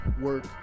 work